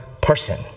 person